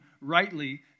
rightly